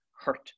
hurt